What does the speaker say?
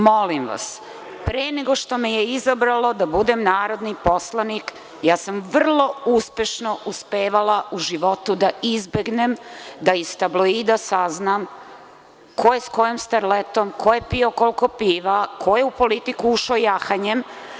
Molim vas, pre nego što me je izabralo da budem narodni poslanik, ja sam vrlo uspešno uspevala u životu da izbegnem da iz tabloida saznam ko je sa kojom starletom, ko je pio koliko piva, ko je u politiku ušao jahanjem.